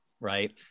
right